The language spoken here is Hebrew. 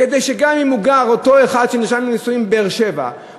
כדי שגם אם אותו אחד שנרשם לנישואין בגליל